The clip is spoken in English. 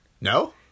No